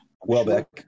Welbeck